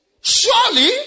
Surely